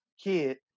kid